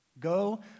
Go